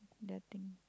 the thing